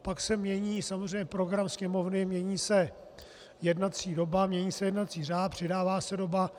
Pak se mění samozřejmě program Sněmovny, mění se jednací doba, mění se jednací řád, přidává se doba.